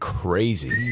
crazy